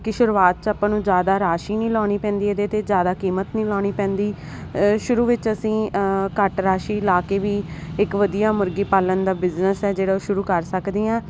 ਕੀ ਸ਼ੁਰੂਆਤ ਚ ਆਪਾਂ ਨੂੰ ਜਿਆਦਾ ਰਾਸ਼ੀ ਨਹੀਂ ਲਾਉਣੀ ਪੈਂਦੀ ਇਹਦੇ ਤੇ ਜਿਆਦਾ ਕੀਮਤ ਨਹੀਂ ਲਾਉਣੀ ਪੈਂਦੀ ਸ਼ੁਰੂ ਵਿੱਚ ਅਸੀਂ ਘੱਟ ਰਾਸ਼ੀ ਲਾ ਕੇ ਵੀ ਇੱਕ ਵਧੀਆ ਮੁਰਗੀ ਪਾਲਣ ਦਾ ਬਿਜ਼ਨਸ ਹੈ ਜਿਹੜਾ ਉਹ ਸ਼ੁਰੂ ਕਰ ਸਕਦੇ ਆਂ